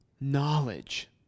knowledge